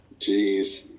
jeez